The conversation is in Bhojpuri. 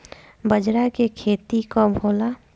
बजरा के खेती कब होला?